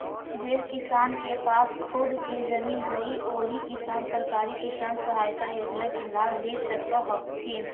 जे किसान के पास खुद के जमीन हइ ओही किसान सरकारी किसान सहायता योजना के लाभ ले सकऽ हथिन